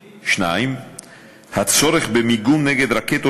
2. הצורך במיגון נגד רקטות,